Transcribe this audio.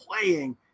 playing